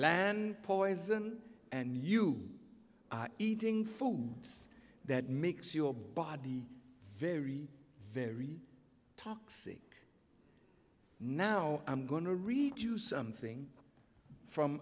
land poison and you are eating foods that makes your body very very toxic now i'm going to read you something from